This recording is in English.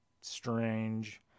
strange